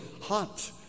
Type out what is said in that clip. hot